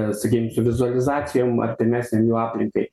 sakykim su vizualizacijom artimesnėm jų aplinkai